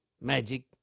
magic